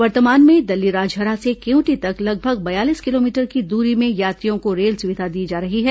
वर्तमान में दल्लीराजहरा से केवंटी तक लगभग बयालीस किलोमीटर की दूरी में यात्रियों को रेल सुविधा दी जा रही है